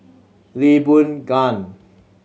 Lee Boon Ngan